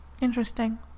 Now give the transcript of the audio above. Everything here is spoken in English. Interesting